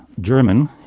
German